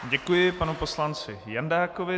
Děkuji panu poslanci Jandákovi.